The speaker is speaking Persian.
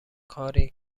کاری